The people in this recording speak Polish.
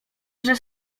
także